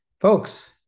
Folks